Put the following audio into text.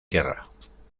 tierra